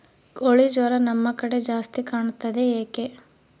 ಕೋಳಿ ಜ್ವರ ನಮ್ಮ ಕಡೆ ಜಾಸ್ತಿ ಕಾಣುತ್ತದೆ ಏಕೆ?